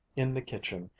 in the kitchen,